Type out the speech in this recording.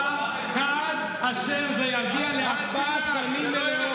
תשובה עד אשר זה יגיע לארבע שנים מלאות.